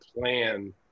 plan